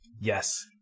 yes